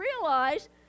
realize